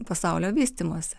pasaulio vystymosi